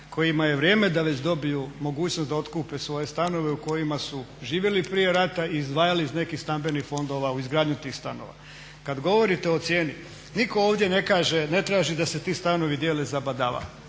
kojima je vrijeme da već dobiju mogućnost da otkupe svoje stanove u kojima su živjeli prije rata i izdvajali iz nekih stambenih fondova u izgradnju tih stanova. Kad govorite o cijeni nitko ovdje ne traži da se ti stanovi dijele za badava,